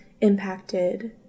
impacted